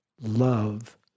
Love